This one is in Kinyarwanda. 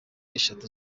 eshatu